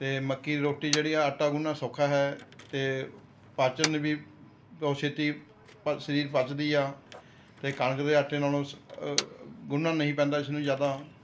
ਅਤੇ ਮੱਕੀ ਦੀ ਰੋਟੀ ਜਿਹੜੀ ਆ ਆਟਾ ਗੁੰਨਣਾ ਸੌਖਾ ਹੈ ਅਤੇ ਪਾਚਨ ਵੀ ਬਹੁਤ ਛੇਤੀ ਪ ਸਰੀਰ ਪਚਦੀ ਆ ਅਤੇ ਕਣਕ ਦੇ ਆਟੇ ਨਾਲੋ ਸ ਗੁੰਨਣਾ ਨਹੀਂ ਪੈਂਦਾ ਇਸ ਨੂੰ ਜ਼ਿਆਦਾ